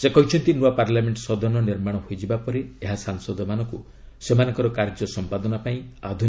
ସେ କହିଛନ୍ତି ନୂଆ ପାର୍ଲାମେଣ୍ଟ ସଦନ ନିର୍ମାଣ ହୋଇଯିବା ପରେ ଏହା ସାଂସଦ ମାନଙ୍କୁ ସେମାନଙ୍କର କାର୍ଯ୍ୟ ସମ୍ପାଦନା ପାଇଁ ଆଧୁନିକ ସୁବିଧାମାନ ଯୋଗାଇବ